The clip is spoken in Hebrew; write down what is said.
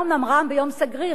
זה היה אומנם רעם ביום סגריר,